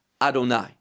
adonai